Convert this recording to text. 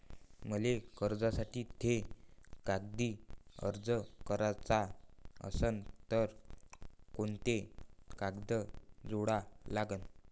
मले कर्जासाठी थे कागदी अर्ज कराचा असन तर कुंते कागद जोडा लागन?